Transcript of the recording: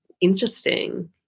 interesting